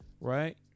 right